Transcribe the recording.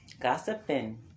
Gossiping